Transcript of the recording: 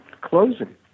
closing